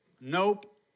nope